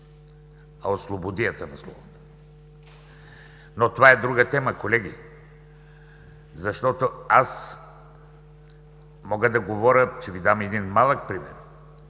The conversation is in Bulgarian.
а от слободията на словото. Но това е друга тема, колеги. Аз мога да говоря. Ще Ви дам един малък пример,